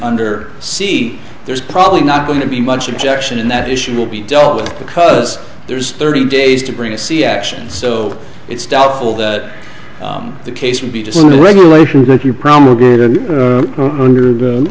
under c there's probably not going to be much objection in that issue will be dealt with because there's thirty days to bring a see action so it's doubtful that the case would be just the regulation that you promulgated under the